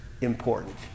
important